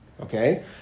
okay